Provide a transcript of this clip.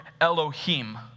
Elohim